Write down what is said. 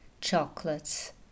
chocolates